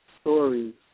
stories